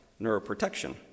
neuroprotection